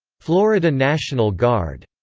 florida national guard,